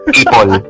people